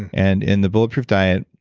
and in the bulletproof diet,